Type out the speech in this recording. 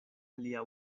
alia